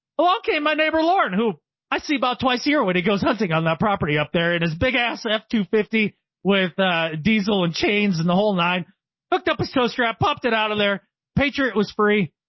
okay. my neighbor lauren, who i see about twice a year when he goes hunting on that property up there and his big ass f two fifty with a diesel and ah chains and the whole nine hooked up a steel strap, pumped it out of their patriot was free.